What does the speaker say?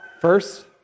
first